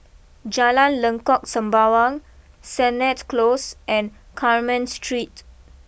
Jalan Lengkok Sembawang Sennett close and Carmen Street